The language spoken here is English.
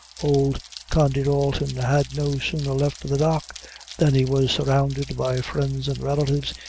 old condy dalton had no sooner left the dock than he was surrounded by friends and relatives,